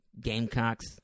Gamecocks